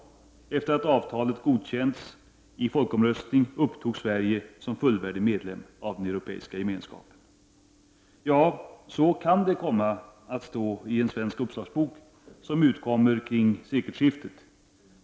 Efter det att avtalet godkänts i folkomröstning upptogs Sverige som fullvärdig medlem i den Europeiska gemenskapen. Ja, så kan det komma att stå i en svensk uppslagsbok som utkommer kring sekelskiftet.